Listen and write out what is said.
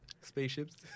spaceships